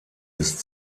ist